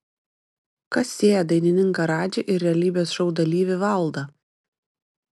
kas sieja dainininką radžį ir realybės šou dalyvį valdą